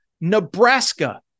Nebraska